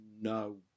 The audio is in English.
no